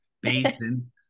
basin